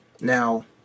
now